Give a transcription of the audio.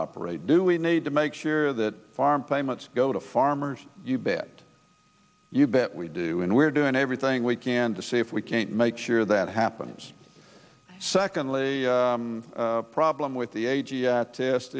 operate do we need to make sure that farm payments go to farmers you bet you bet we do and we're doing everything we can to see if we can't make sure that happens secondly the problem with the